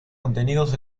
contenidos